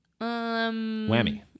Whammy